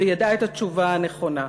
והיא ידעה את התשובה הנכונה.